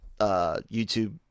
YouTube